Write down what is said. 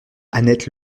annette